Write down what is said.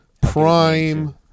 prime